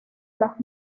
las